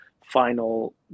final